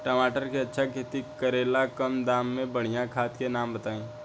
टमाटर के अच्छा खेती करेला कम दाम मे बढ़िया खाद के नाम बताई?